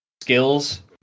skills